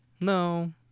no